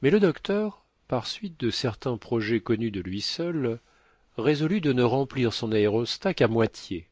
mais le docteur par suite de certain projet connu de lui seul résolut de ne remplir son aérostat qu'à moitié